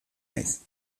naiz